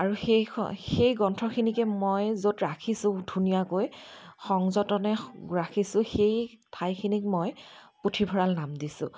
আৰু সেইখন সেই গ্ৰন্থখিনিকে মই য'ত ৰাখিছোঁ ধুনীয়াকৈ সংযতনে ৰাখিছোঁ সেই ঠাইখিনিক মই পুথিভঁৰাল নাম দিছোঁ